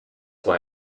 why